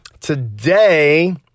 Today